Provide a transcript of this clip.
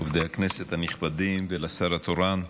עובדי הכנסת הנכבדים ולשר התורן.